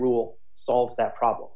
rule solves that problem